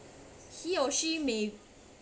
he or she may